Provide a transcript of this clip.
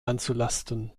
anzulasten